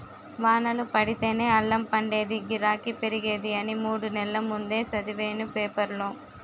వానలు పడితేనే అల్లం పండేదీ, గిరాకీ పెరిగేది అని మూడు నెల్ల ముందే సదివేను పేపరులో